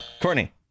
Courtney